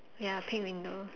ya pink window